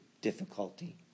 difficulty